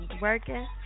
Working